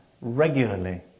regularly